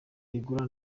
igura